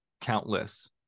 countless